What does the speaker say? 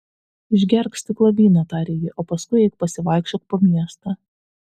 išgerk stiklą vyno tarė ji o paskui eik pasivaikščiok po miestą